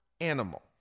animal